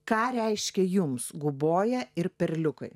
ką reiškia jums guboja ir perliukai